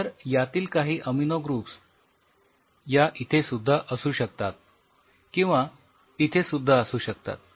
तर यातील काही अमिनो ग्रुप्स या इथे सुद्धा असू शकतात किंवा इथे सुद्धा असू शकतात